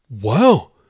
Wow